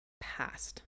past